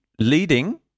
leading